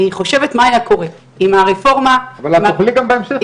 אני חושבת מה היה קורה אם הרפורמה --- אבל את תוכלי גם בהמשך.